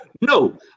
No